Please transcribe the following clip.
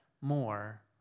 more